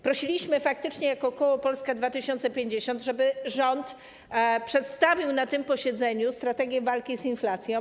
Prosiliśmy faktycznie jako koło Polska 2050, żeby rząd przedstawił na tym posiedzeniu strategię walki z inflacją.